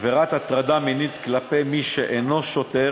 עבירת הטרדה מינית כלפי מי שאינו שוטר